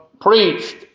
preached